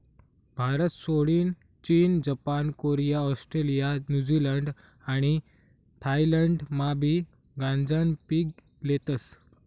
भारतसोडीन चीन, Japan, Korea, Australia, New Zealand आणि थायलंडमाबी गांजानं पीक लेतस